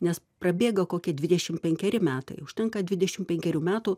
nes prabėga kokia dvidešim penkeri metai užtenka dvidešim penkerių metų